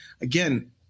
again